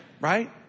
Right